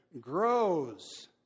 grows